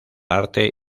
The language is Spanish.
arte